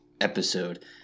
episode